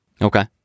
Okay